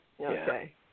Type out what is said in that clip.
Okay